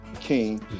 King